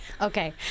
okay